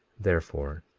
therefore,